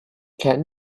can